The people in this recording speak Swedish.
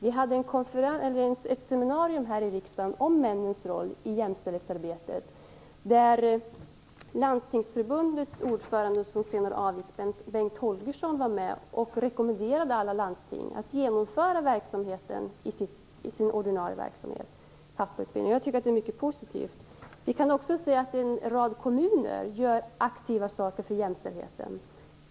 Vi hade ett seminarium här i riksdagen om männens roll i jämställdhetsarbetet, där Landstingsförbundets ordförande Bengt Holgersson, som senare avgick, var med och rekommenderade alla landsting att genomföra pappautbildning i sin ordinarie verksamhet. Jag tycker att det är mycket positivt. Vi kan också se att en rad kommuner gör aktiva saker för jämställdheten.